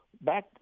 back